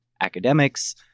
academics